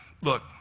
look